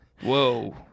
Whoa